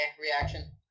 reaction